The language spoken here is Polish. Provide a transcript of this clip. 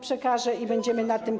Przekażę to i będziemy nad tym.